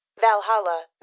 Valhalla